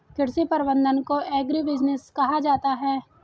कृषि प्रबंधन को एग्रीबिजनेस कहा जाता है